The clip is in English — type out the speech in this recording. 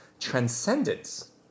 Transcendence